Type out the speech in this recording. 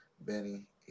Benny